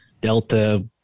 Delta